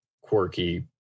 quirky